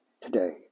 today